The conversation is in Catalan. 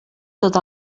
tot